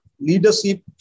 leadership